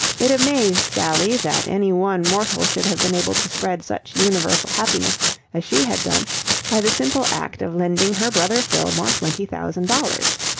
it amazed sally that any one mortal should have been able to spread such universal happiness as she had done by the simple act of lending her brother fillmore twenty thousand dollars.